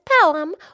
poem